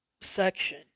section